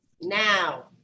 now